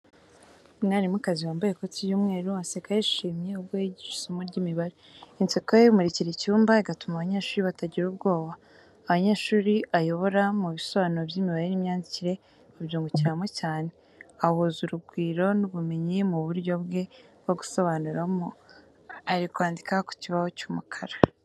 Umwarimukazi wambaye ikoti ry'umweru aseka yishimye ubwo yigisha isomo ry'imibare. Inseko ye imurikira icyumba, igatuma abanyeshuri batagira ubwoba. Abanyeshuri ayobora mu bisobanuro by’imibare n’imyandikire babyungukiramo cyane, ahuza urugwiro n’ubumenyi mu buryo bwe bwo gusobanuram, ari kwandika ku kibaho cy'umukara.